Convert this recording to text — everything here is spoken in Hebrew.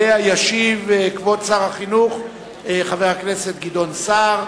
עליהן ישיב כבוד שר החינוך, חבר הכנסת גדעון סער.